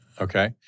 Okay